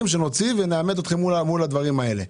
שנוציא ונאמת אתכם מול הדברים האלה.